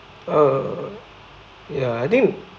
uh ya I think